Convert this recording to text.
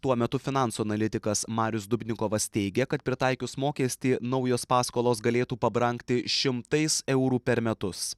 tuo metu finansų analitikas marius dubnikovas teigia kad pritaikius mokestį naujos paskolos galėtų pabrangti šimtais eurų per metus